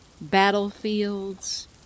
battlefields